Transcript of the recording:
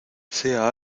sea